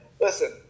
Listen